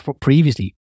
previously